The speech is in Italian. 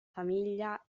famiglia